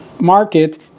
market